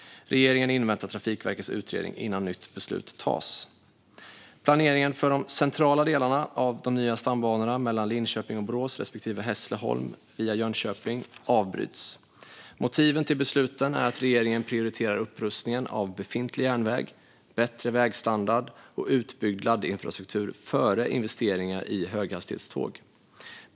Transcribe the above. Regeringen inväntar Trafikverkets utredning innan nytt beslut tas. Planeringen för de centrala delarna av de nya stambanorna, mellan Linköping och Borås respektive Hässleholm via Jönköping, avbryts. Motiven till besluten är att regeringen prioriterar upprustning av befintlig järnväg, bättre vägstandard och utbyggd laddinfrastruktur före investeringar i höghastighetståg.